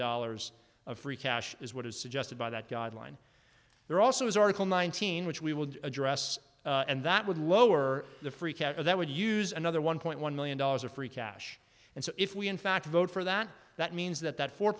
dollars of free cash is what is suggested by that guideline there also is article nineteen which we will address and that would lower the freakout of that would use another one point one million dollars or free cash and so if we in fact vote for that that means that that four